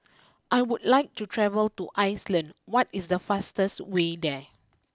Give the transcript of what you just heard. I would like to travel to Iceland what is the fastest way there